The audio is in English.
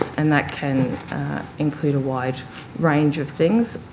and that can include a wide range of things.